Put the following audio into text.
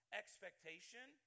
expectation